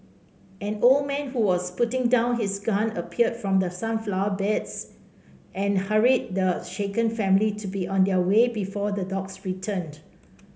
an old man who was putting down his gun appeared from the sunflower beds and hurried the shaken family to be on their way before the dogs return